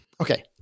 Okay